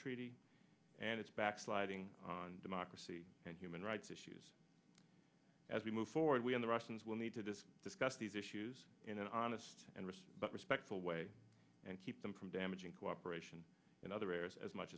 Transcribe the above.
treaty and its backsliding on democracy and human rights issues as we move forward we in the russians will need to this discuss these issues in an honest and risk but respectful way and keep them from damaging cooperation in other areas as much